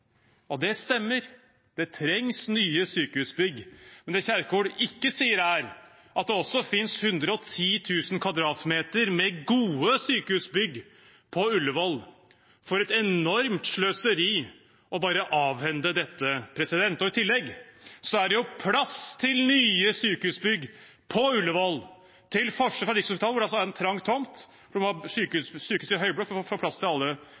Det stemmer. Det trengs nye sykehusbygg. Men det Kjerkol ikke sier, er at det også finnes 110 000 m 2 med gode sykehusbygg på Ullevål. For et enormt sløseri å bare avhende dette! I tillegg er det jo plass til nye sykehusbygg på Ullevål, til forskjell fra Rikshospitalet, hvor det er en trang tomt, hvor man må ha sykehuset i høyblokk for å få plass til alle